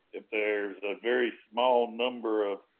if there's a very small number of